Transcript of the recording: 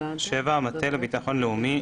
(7)המטה לביטחון לאומי,